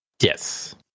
Yes